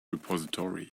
repository